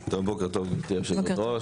טוב, בוקר טוב לגברתי היושבת-ראש,